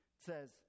says